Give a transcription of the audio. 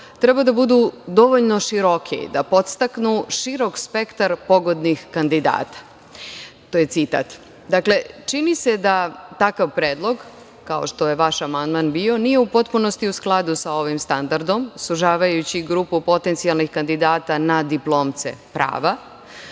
treba da budu dovoljno široki da podstaknu širok spektar pogodnih kandidata. To je citat. Dakle, čini se da takav predlog, kao što je vaš amandman bio, nije u potpunosti u skladu sa ovim standardom, sužavajući grupu potencijalnih kandidata na diplomce prava.